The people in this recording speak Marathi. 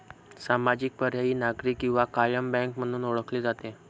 सामाजिक, पर्यायी, नागरी किंवा कायम बँक म्हणून ओळखले जाते